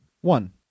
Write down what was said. One